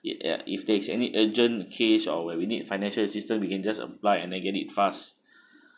it at if there is any urgent case or where we need financial assistance we can just apply and then get it fast